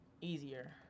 easier